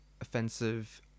offensive